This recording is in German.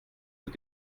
zur